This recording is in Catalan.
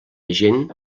gent